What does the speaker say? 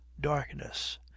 darkness